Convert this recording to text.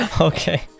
Okay